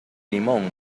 limón